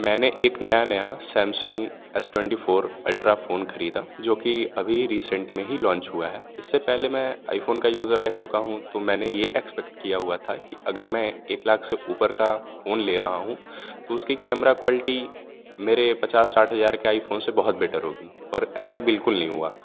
मैंने एक नया नया Samsung S twenty four ultra phone खरीदा जोकि अभी रिसेंट में ही लाँच हुआ है इससे पहले मैं आई फ़ोन का यूज़र रह चुका हूँ तो मैंने ये एक्स्पेक्ट किया हुआ था कि अगर मैं एक लाख से ऊपर का फ़ोन ले रहा हूँ तो उसकी कैमरा क्वालटी मेरे पचास साठ हज़ार के आई फ़ोन से बहुत बेटर होगी पर ऐसा बिल्कुल नहीं हुआ